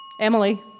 Emily